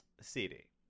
CD